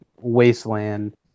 wasteland